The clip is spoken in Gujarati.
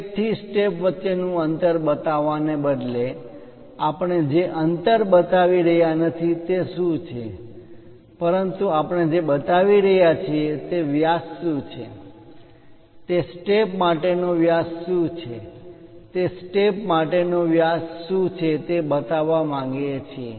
સ્ટેપ થી સ્ટેપ વચ્ચેનું અંતર બતાવવાને બદલે આપણે જે અંતર બતાવી રહ્યા નથી તે શું છે પરંતુ આપણે જે બતાવી રહ્યા છીએ તે વ્યાસ શું છે તે સ્ટેપ માટેનો વ્યાસ શું છે તે સ્ટેપ માટે નો વ્યાસ શું છે તે બતાવવા માંગીએ છીએ